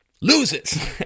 loses